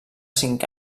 cinc